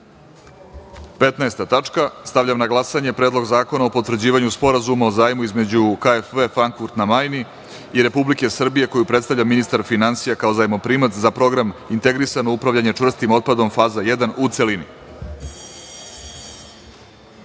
FAZA I“.Stavljam na glasanje Predlog zakona o potvrđivanju Sporazuma o zajmu između KfW, Frankfurt na Majni („KfW“) i Republike Srbije koju predstavlja ministar finansija (Zajmoprimac) za Program „Integrisano upravljanje čvrstim otpadom, faza I“, u